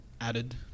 added